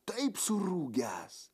taip surūgęs